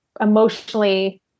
emotionally